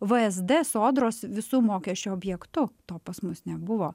vsd sodros visų mokesčių objektu to pas mus nebuvo